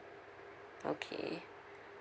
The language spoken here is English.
okay